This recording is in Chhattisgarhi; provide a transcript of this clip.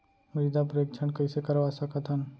मृदा परीक्षण कइसे करवा सकत हन?